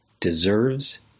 deserves